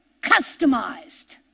customized